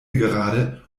gerade